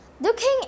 Looking